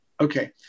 Okay